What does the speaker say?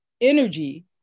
energy